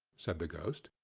said the ghost.